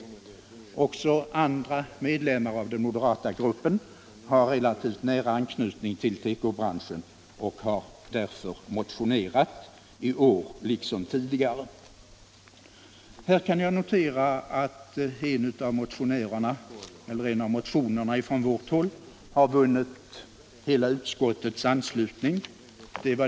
Också andra medlemmar av den moderata gruppen har relativt nära anknytning till tekobranschen och har därför motionerat i år liksom tidigare. Här kan jag notera att en av motionerna från vårt håll vunnit hela utskottets anslutning.